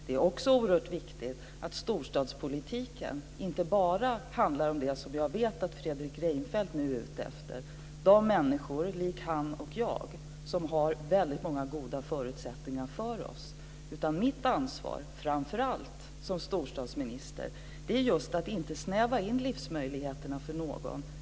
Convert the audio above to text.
Det är också oerhört viktigt att storstadspolitiken inte bara handlar om dem som jag vet att Fredrik Reinfeldt nu är ute efter, de människor som likt honom och mig har väldigt många goda förutsättningar. Mitt ansvar som storstadsminister är framför allt att inte snäva in livsmöjligheterna för någon.